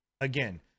again